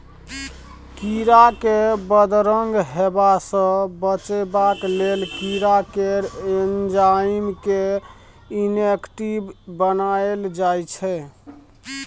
कीरा केँ बदरंग हेबा सँ बचेबाक लेल कीरा केर एंजाइम केँ इनेक्टिब बनाएल जाइ छै